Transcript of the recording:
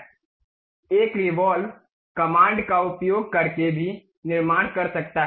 एक revolve command का उपयोग करके भी निर्माण कर सकता है